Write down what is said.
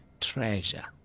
treasure